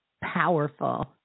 powerful